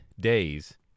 days